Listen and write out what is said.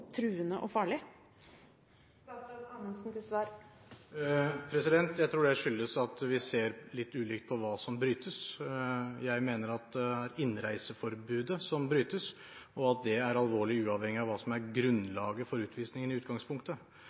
truende og farlig. Jeg tror det skyldes at vi ser litt ulikt på hva som brytes. Jeg mener at det er innreiseforbudet som brytes, og at det er alvorlig, uavhengig av hva som er grunnlaget for utvisningen i utgangspunktet,